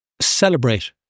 celebrate